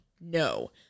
No